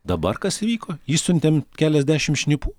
dabar kas vyko išsiuntėm keliasdešimt šnipų